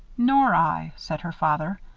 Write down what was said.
nor i, said her father.